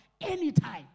anytime